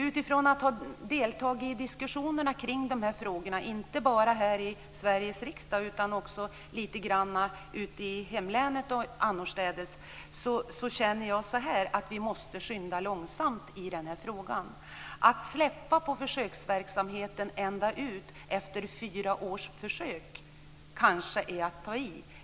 Utifrån att ha deltagit i diskussionerna kring de här frågorna, inte bara här i Sveriges riksdag utan också lite grann i hemlänet och annorstädes känner jag så här: Vi måste skynda långsamt i den här frågan. Att släppa försöksverksamheten ända ut efter fyra års försök kanske är att ta i.